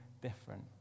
different